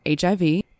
HIV